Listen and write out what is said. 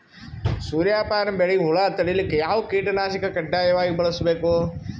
ಸೂರ್ಯಪಾನ ಬೆಳಿಗ ಹುಳ ತಡಿಲಿಕ ಯಾವ ಕೀಟನಾಶಕ ಕಡ್ಡಾಯವಾಗಿ ಬಳಸಬೇಕು?